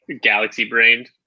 galaxy-brained